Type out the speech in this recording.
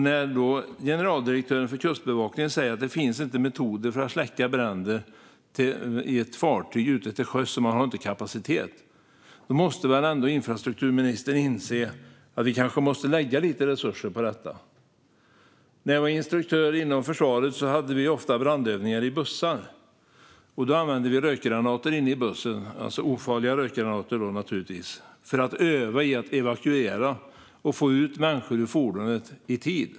När generaldirektören för Kustbevakningen säger att det inte finns metoder för att släcka bränder på fartyg ute till sjöss och att man inte har kapacitet måste väl ändå infrastrukturministern inse att vi måste lägga lite resurser på detta? När jag var instruktör inom försvaret hade vi ofta brandövningar i bussar. Då använde vi rökgranater inne i bussen - ofarliga rökgranater, naturligtvis - för att öva på att evakuera och få ut människor ur fordonet i tid.